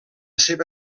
seva